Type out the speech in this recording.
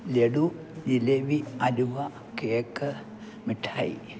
laddu jalebi halwa cake മിഠായി